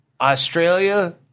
Australia